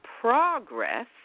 progress